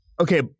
Okay